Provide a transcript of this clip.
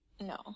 No